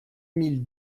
mille